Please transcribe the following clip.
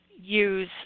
use